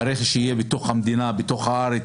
שהרכש שיהיה בתוך המדינה בתוך הארץ,